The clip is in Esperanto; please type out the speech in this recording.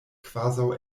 kvazaŭ